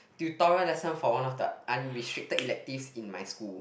tutorial lesson for one of the unrestricted electives in my school